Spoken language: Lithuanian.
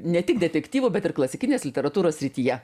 ne tik detektyvų bet ir klasikinės literatūros srityje